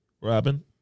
Robin